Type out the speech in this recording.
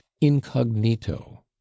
incognito